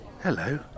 hello